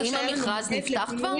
לנו מועד לפינוי --- האם המכרז נפתח כבר?